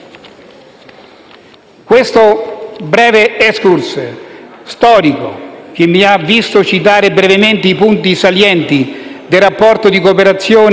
Questo breve *excursus* storico, che mi ha visto citare brevemente i punti salienti del rapporto di cooperazione